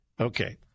Okay